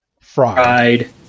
fried